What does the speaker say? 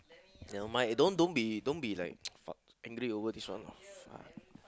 never mind eh don't don't be don't be like fuck angry over this one lah fuck